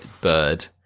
bird